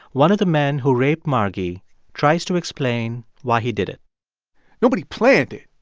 one of the men who raped margy tries to explain why he did it nobody planned it,